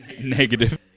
Negative